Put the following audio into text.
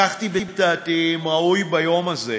חככתי בדעתי אם ראוי ביום הזה